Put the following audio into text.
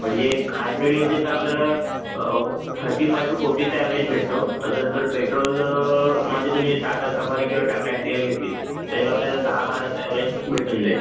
म्हणजे हायब्रिड घेतली तर आपल्याला थटी फायू टू फोटीचा अॅव्हरेज भेटतो तसंच जर पेट्रोल मध्ये तुम्ही टाटा सफारी किंवा टाटा हॅरिअर घेतलीत तर एक आपल्याला दहा बाराचा अॅव्हरेज भेटून जाईल